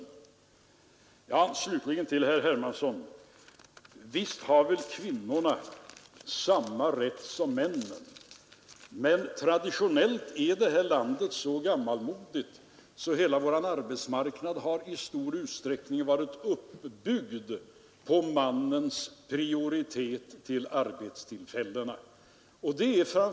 Till herr Hermansson slutligen vill jag säga att visst har kvinnorna samma rätt som männen, men traditionellt är detta land så gammalmodigt att hela vår arbetsmarknad i stor utsträckning varit uppbyggd på mannens prioritet till arbetstillfällena.